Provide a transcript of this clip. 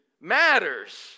matters